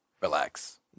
Relax